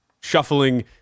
shuffling